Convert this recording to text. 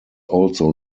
also